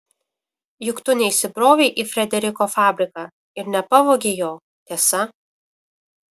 juk tu neįsibrovei į frederiko fabriką ir nepavogei jo tiesa